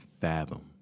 fathom